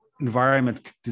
environment